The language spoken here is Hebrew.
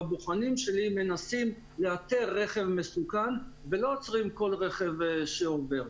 הבוחנים שלי מנסים לאתר רכב מסוכן ולא עוצרים כל רכב שעובר.